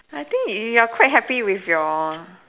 I think you you're quite happy with your